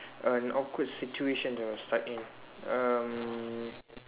an awkward situation you were stuck in um